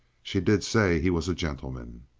she did say he was a gentleman.